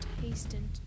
hastened